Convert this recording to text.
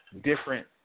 different